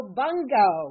bungo